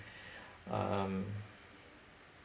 um